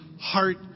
heart